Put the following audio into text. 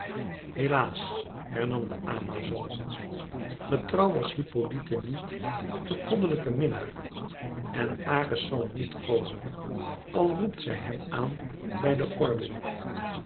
helaas hernam de amazone getrouw was hippolyte niet den goddelijken minnaar en ares zal niet komen al roept zij hem aan bij den gordel